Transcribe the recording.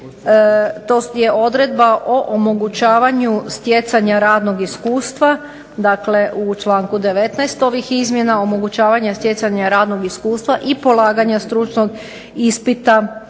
to je odredba o omogućavanju stjecanja radnog iskustva dakle u članku 19. ovih izmjena, omogućavanje stjecanja radnog iskustva i polaganja stručnog ispita